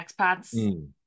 expats